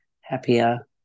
happier